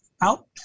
out